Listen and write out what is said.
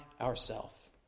ourself